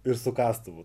ir su kastuvu